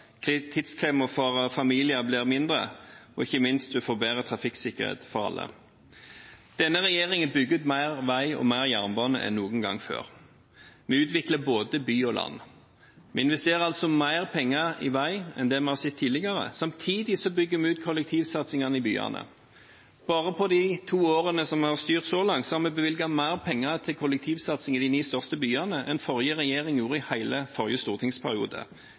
kostnader. Tidsklemmen for familier blir mindre, og ikke minst får en bedre trafikksikkerhet for alle. Denne regjeringen bygger ut mer vei og mer jernbane enn noen gang før. Vi utvikler både by og land. Vi investerer mer penger i vei enn det vi har sett tidligere. Samtidig bygger vi ut kollektivsatsingen i byene. Bare på de to årene som vi har styrt, har vi bevilget mer penger til kollektivsatsing i de ni største byene enn forrige regjering gjorde i hele forrige stortingsperiode.